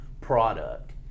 product